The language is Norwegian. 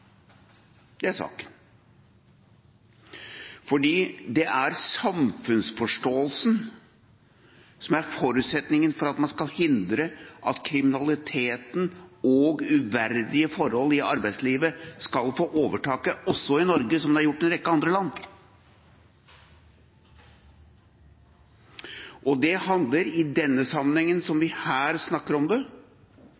Det er saken. Det er samfunnsforståelsen som er forutsetningen for at man skal hindre at kriminalitet og uverdige forhold i arbeidslivet skal få overtaket også i Norge – slik det har skjedd i en rekke andre land. Det handler i den sammenhengen